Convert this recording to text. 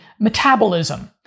metabolism